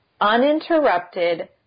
uninterrupted